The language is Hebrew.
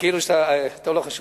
כאילו אתה, טוב, לא חשוב.